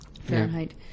Fahrenheit